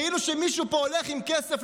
כאילו שמישהו פה הולך עם כסף,